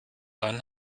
einen